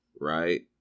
right